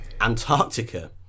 Antarctica